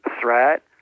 threat